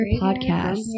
podcast